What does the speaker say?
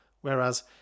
whereas